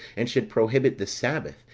and should prohibit the sabbath,